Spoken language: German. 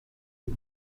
für